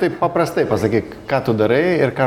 tai paprastai pasakyk ką tu darai ir ką